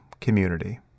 community